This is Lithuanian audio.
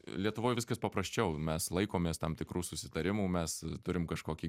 lietuvoj viskas paprasčiau mes laikomės tam tikrų susitarimų mes turim kažkokį